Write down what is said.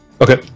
Okay